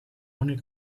ohne